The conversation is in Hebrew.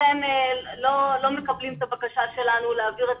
לכן לא מקבלים את הבקשה שלנו להעביר את